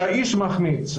והאיש מחמיץ,